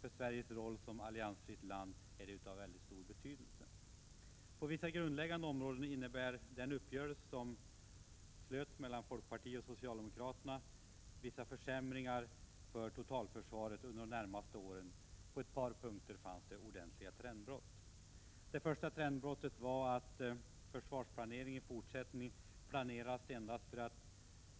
För Sveriges roll som alliansfritt land är det av stor betydelse. På vissa grundläggande områden innebär den uppgörelse som träffats mellan folkpartiet och socialdemokraterna vissa försämringar för totalförsvaret under de närmaste åren. På ett par punkter fanns det ordentliga trendbrott. Det första trendbrottet var att försvaret i fortsättningen planeras endast för förutsättningen att